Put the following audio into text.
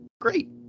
great